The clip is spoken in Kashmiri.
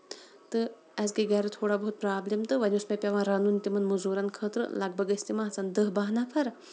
تہٕ اَسہِ گٔیٚے گرِ تھوڑا بہت برابلِم تہٕ وۄنۍ اوس مےٚ پیٚوان رَنُن تِمن موٚزوٗرن خٲطرٕ لگ بگ ٲسۍ تِم آسان دہ باہہ نَفر